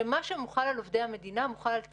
שמה שמוחל על עובדי המדינה מוחל על צה"ל.